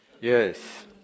Yes